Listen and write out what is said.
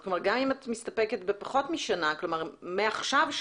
גם אם את מסתפקת בפחות משנה, כלומר, שנה מעכשיו,